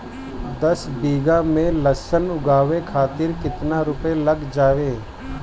दस बीघा में लहसुन उगावे खातिर केतना रुपया लग जाले?